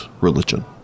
religion